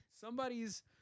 Somebody's